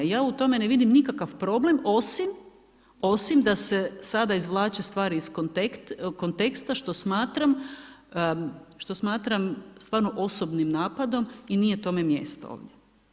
Ja u tome ne vidim nikakav problem osim da se sada izvlače stvari iz konteksta što smatram stvarno osobnim napadom i nije tome mjesto ovdje.